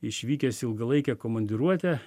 išvykęs į ilgalaikę komandiruotę